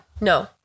No